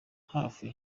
hafi